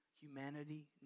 Humanity